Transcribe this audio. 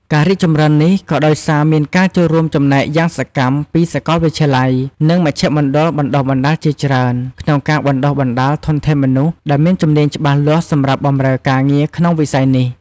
ការរីកចម្រើននេះក៏ដោយសារមានការចូលរួមចំណែកយ៉ាងសកម្មពី សាកលវិទ្យាល័យ និងមជ្ឈមណ្ឌលបណ្ដុះបណ្ដាលជាច្រើន ក្នុងការបណ្ដុះបណ្ដាលធនធានមនុស្សដែលមានជំនាញច្បាស់លាស់សម្រាប់បម្រើការងារក្នុងវិស័យនេះ។